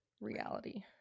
reality